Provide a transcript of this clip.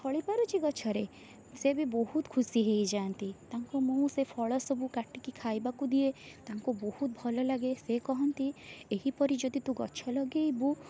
ଫଳି ପାରୁଛି ଗଛରେ ସେ ବି ବହୁତ ଖୁସି ହେଇଯାନ୍ତି ତାଙ୍କୁ ମୁଁ ସେ ଫଳ ସବୁ କାଟିକି ଖାଇବାକୁ ଦିଏ ତାଙ୍କୁ ବହୁତ ଭଲ ଲାଗେ ସେ କହନ୍ତି ଏହିପରି ଯଦି ତୁ ଗଛ ଲଗାଇବୁ